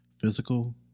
Physical